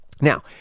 Now